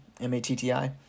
m-a-t-t-i